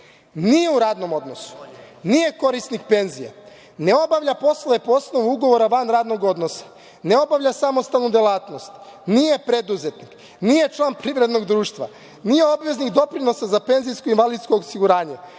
nije u radnom odnosu, nije korisnik penzije, ne obavlja poslove po osnovu ugovora van radnog odnosa, ne obavlja samostalnu delatnost, nije preduzetnik, nije član privrednog društva, nije obveznik doprinosa za penzijsko-invalidsko osiguranje,